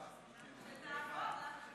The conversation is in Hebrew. שתעבור.